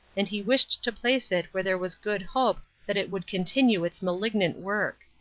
and he wished to place it where there was good hope that it would continue its malignant work.